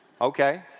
okay